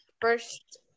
First